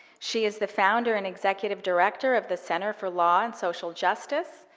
she is the founder and executive director of the center for law and social justice,